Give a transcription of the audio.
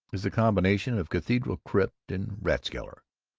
is a combination of cathedral-crypt and rathskellar.